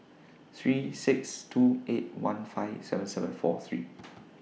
three six two eight one five seven seven four three